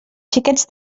xiquets